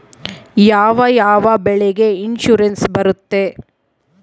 ಯಾವ ಯಾವ ಬೆಳೆಗೆ ಇನ್ಸುರೆನ್ಸ್ ಬರುತ್ತೆ?